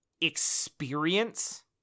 experience